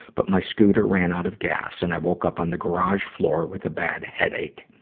but my scooter ran out of gas and i woke up on the garage floor with a bad headache.